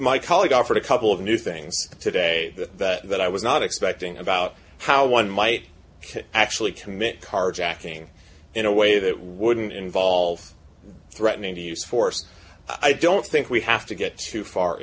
my colleague offered a couple of new things today that i was not expecting about how one might could actually commit carjacking in a way that wouldn't involve threatening to use force i don't think we have to get too far